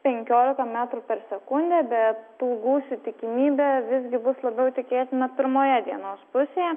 penkiolika metrų per sekundę bet pūgų tikimybė visgi bus labiau tikėtina pirmoje dienos pusėje